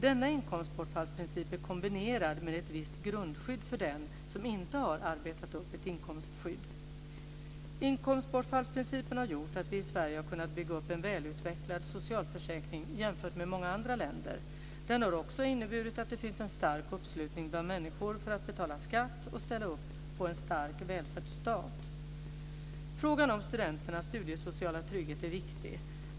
Denna inkomstbortfallsprincip är kombinerad med ett visst grundskydd för den som inte har arbetat upp ett inkomstskydd. Inkomstbortfallsprincipen har gjort att vi i Sverige har kunnat bygga upp en välutvecklad socialförsäkring jämfört med många andra länder. Den har också inneburit att det finns en stark uppslutning bland människor för att betala skatt och ställa upp på en stark välfärdsstat. Frågan om studenternas studiesociala trygghet är viktig.